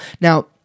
Now